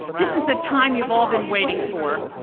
this is the time you've all been waiting for,